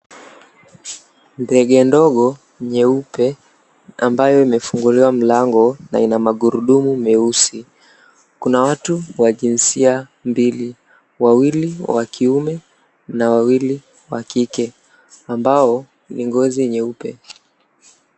Ndege ndogo nyeupe ambayo imefunguliwa mlango na ina magurudumu meusi. Kuna watu wa jinsia mbili. Wawili wa kiume na wawili wa kike ambao ni ngozi nyeupe.